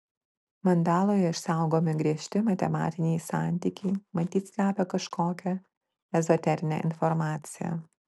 mandaloje išsaugomi griežti matematiniai santykiai matyt slepia kažkokią ezoterinę informaciją